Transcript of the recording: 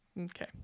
Okay